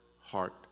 heart